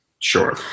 Sure